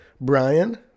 Brian